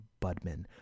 Budman